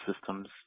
systems